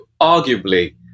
arguably